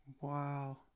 Wow